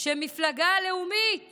שמפלגה לאומית